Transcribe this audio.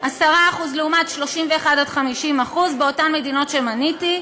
10% לעומת 31% 50% במדינות שמניתי.